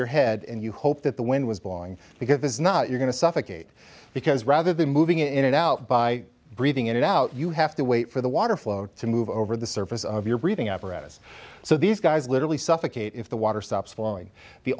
your head and you hope that the wind was blowing because this is not you're going to suffocate because rather than moving in and out by breathing it out you have to wait for the water flow to move over the surface of your breathing apparatus so these guys literally suffocate if the water stops flowing the